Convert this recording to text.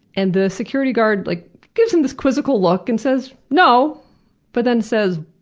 and the security guard like gives him this quizzical look and says, no but then says,